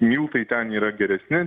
miltai ten yra geresni